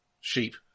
sheep